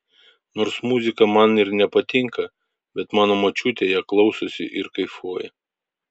nors muzika man ir nepatinka bet mano močiutė ją klausosi ir kaifuoja